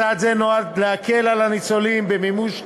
צעד זה נועד להקל על הניצולים במימוש זכויותיהם.